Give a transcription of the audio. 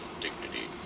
dignity